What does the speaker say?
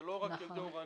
זה לא רק ילדי אורנית.